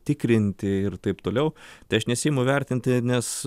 tikrinti ir taip toliau tai aš nesiimu vertinti nes